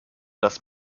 das